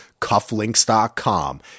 Cufflinks.com